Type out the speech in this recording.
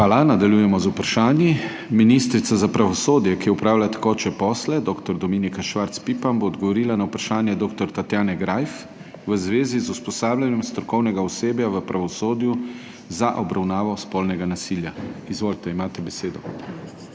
Hvala. Nadaljujemo z vprašanji. Ministrica za pravosodje, ki opravlja tekoče posle, dr. Dominika Švarc Pipan, bo odgovorila na vprašanje dr. Tatjane Greif v zvezi z usposabljanjem strokovnega osebja v pravosodju za obravnavo spolnega nasilja. Izvolite, ministrica,